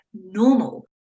normal